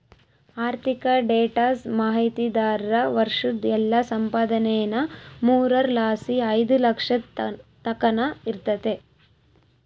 ಆರ್ಥಿಕ ಡೇಟಾ ಮಾಹಿತಿದಾರ್ರ ವರ್ಷುದ್ ಎಲ್ಲಾ ಸಂಪಾದನೇನಾ ಮೂರರ್ ಲಾಸಿ ಐದು ಲಕ್ಷದ್ ತಕನ ಇರ್ತತೆ